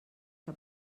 que